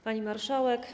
Pani Marszałek!